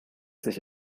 sich